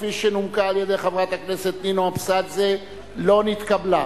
שנומקה על-ידי חברת הכנסת נינו אבסדזה, לא נתקבלה.